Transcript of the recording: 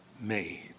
made